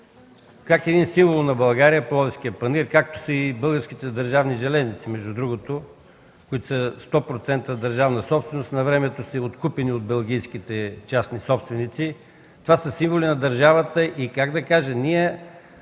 как един символ на България – Пловдивският панаир, както са и Българските държавни железници, които са 100% държавна собственост, навремето са откупени от белгийските частни собственици. Това са символи на държавата и ние лека-полека